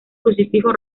crucifijo